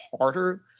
harder